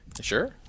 Sure